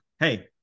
Hey